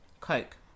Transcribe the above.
Coke